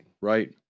right